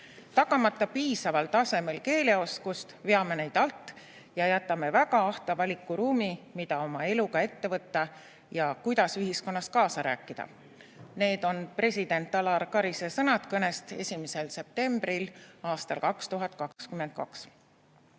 "Tagamata piisaval tasemel keeleoskust, veame neid alt ja jätame väga ahta valikuruumi, mida oma eluga ette võtta ja kuidas ühiskonnas kaasa rääkida." Need on president Alar Karise sõnad kõnest 1. septembril aastal 2022.